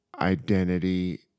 identity